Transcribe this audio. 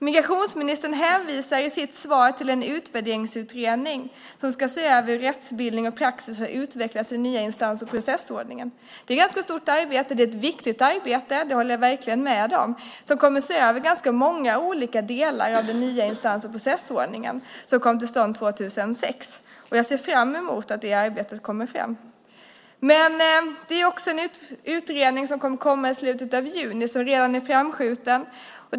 Migrationsministern hänvisar i sitt svar till en utvärderingsutredning som ska se över hur rättsbildning och praxis har utvecklats i den nya instans och processordningen. Det är ett ganska stort arbete. Det är ett viktigt arbete, det håller jag verkligen med om, där man kommer att se över ganska många olika delar av den nya instans och processordningen som kom till stånd 2006. Jag ser fram emot att det arbetet kommer fram. Det är också en utredning som redan är framskjuten och som kommer att vara avslutad i slutet av juni.